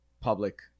public